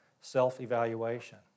self-evaluation